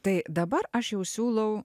tai dabar aš jau siūlau